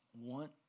want